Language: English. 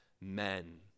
men